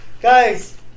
Guys